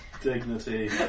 dignity